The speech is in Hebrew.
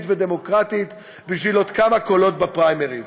ודמוקרטית בשביל עוד כמה קולות בפריימריז.